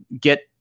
get